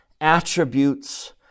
attributes